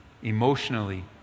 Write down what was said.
emotionally